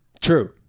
true